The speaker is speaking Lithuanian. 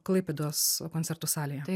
klaipėdos koncertų salėje